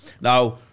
Now